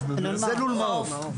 זה לול מעוף.